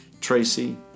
Tracy